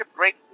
Break